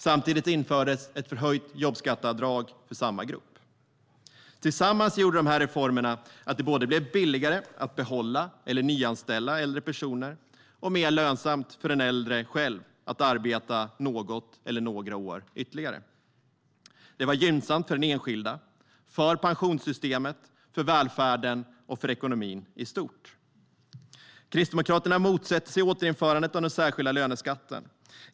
Samtidigt infördes ett förhöjt jobbskatteavdrag för samma grupp. Tillsammans gjorde de reformerna att det blev billigare att behålla eller nyanställa äldre personer och mer lönsamt för den äldre själv att arbeta något eller några år ytterligare. Det var gynnsamt för den enskilda, för pensionssystemet, för välfärden och för ekonomin i stort. Kristdemokraterna motsätter sig återinförandet av den särskilda löneskatten.